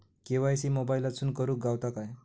KYC मोबाईलातसून करुक गावता काय?